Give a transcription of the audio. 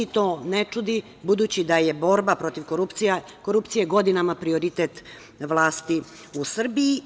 To ne čudi, budući da je borba protiv korupcije godinama prioritet vlasti u Srbiji.